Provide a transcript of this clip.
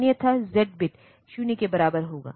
अन्यथा z bit 0 के बराबर होगा